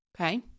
Okay